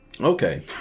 Okay